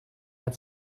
mehr